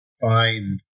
find